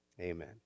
Amen